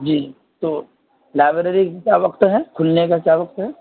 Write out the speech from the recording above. جی تو لائبریری کا کیا وقت ہے کھلنے کا کیا وقت ہے